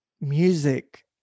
music